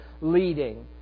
leading